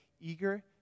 eager